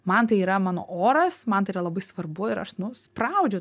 man tai yra mano oras man tai yra labai svarbu ir aš nu spraudžiu